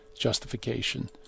justification